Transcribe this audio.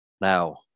Now